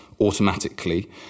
automatically